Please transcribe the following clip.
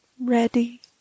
Ready